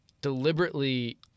deliberately